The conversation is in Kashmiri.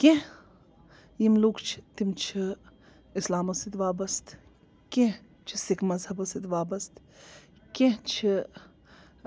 کیٚنٛہہ یِم لُکھ چھِ تِم چھِ اِسلامو سۭتۍ وابستہٕ کیٚنٛہہ چھِ سِکھ مذہبو سۭتۍ وابستہٕ کیٚنٛہہ چھِ